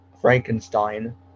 Frankenstein